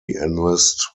enlist